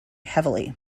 heavily